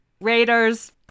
Raider's